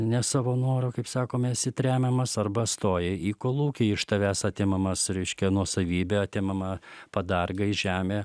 ne savo noru kaip sakoma esi tremiamas arba stoji į kolūkį iš tavęs atimamas reiškia nuosavybė atimama padargai žemė